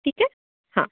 ठीक आहे हा